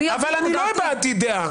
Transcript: אני לא הבעתי דעה.